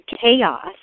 chaos